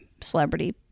celebrity